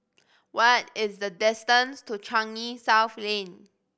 what is the distance to Changi South Lane